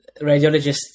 radiologists